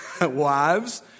wives